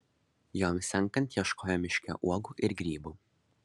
joms senkant ieškojo miške uogų ir grybų